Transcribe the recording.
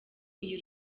iyi